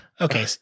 Okay